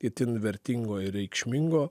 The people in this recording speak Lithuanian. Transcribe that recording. itin vertingo ir reikšmingo